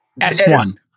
S1